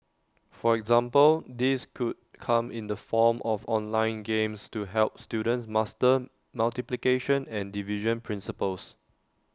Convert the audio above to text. for example this could come in the form of online games to help students master multiplication and division principles